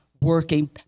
working